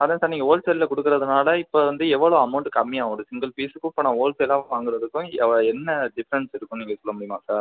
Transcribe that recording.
அதுதான் சார் நீங்கள் ஹோல்சேலில் கொடுக்குறதுனால இப்போ வந்து எவ்வளோ அமௌண்ட்டு கம்மியாக வரும் சிங்கிள் பீசுக்கும் இப்போ நான் ஹோல்சேலாக வாங்குகிறதுக்கும் என்ன டிஃப்ரென்ஸ் இருக்குதுன்னு நீங்கள் சொல்ல முடியுமா சார்